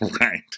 Right